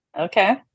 okay